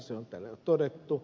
se on täällä jo todettu